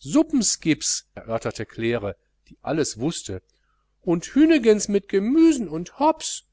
suppens gibs erörterte claire die alles wußte un hühnegens mit gemüsen und hops